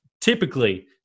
typically